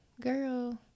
girl